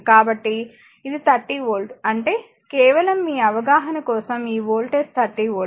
కాబట్టి ఇది 30 వోల్ట్ అంటేకేవలం మీ అవగాహన కోసం ఈ వోల్టేజ్ 30 వోల్ట్